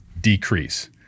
decrease